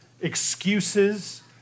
excuses